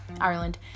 Ireland